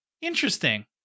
Interesting